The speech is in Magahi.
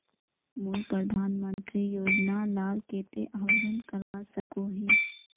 मुई प्रधानमंत्री योजना लार केते आवेदन करवा सकोहो ही?